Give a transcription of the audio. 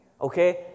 okay